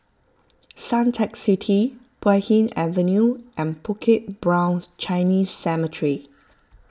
Suntec City Puay Hee Avenue and Bukit Brown Chinese Cemetery